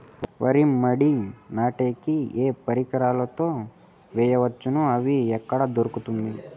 వరి మడి నాటే కి ఏ పరికరాలు తో వేయవచ్చును అవి ఎక్కడ దొరుకుతుంది?